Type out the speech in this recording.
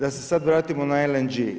Da se sad vratimo na LNG.